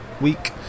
week